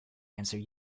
answer